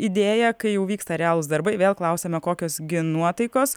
idėja kai jau vyksta realūs darbai vėl klausiame kokios gi nuotaikos